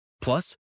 Plus